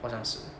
好像是